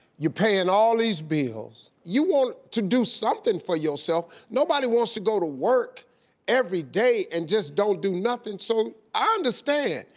paying all these bills, you want to do something for yourself. no body wants to go to work everyday and just don't do nothing, so i understand.